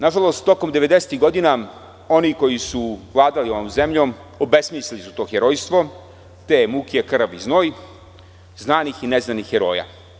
Nažalost, tokom devedesetih godina oni koji su vladali ovom zemljom obesmislili su to herojstvo, te muke, krv i znoj, znanih i neznanih heroja.